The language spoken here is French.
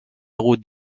route